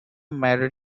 married